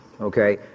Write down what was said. Okay